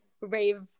rave